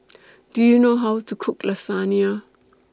Do YOU know How to Cook Lasagna